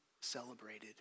celebrated